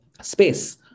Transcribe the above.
space